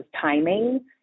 timing